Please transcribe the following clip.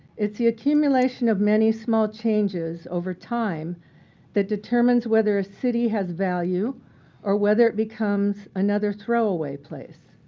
it's the accumulation of many small changes over time that determines whether a city has value or whether it becomes another throw away place.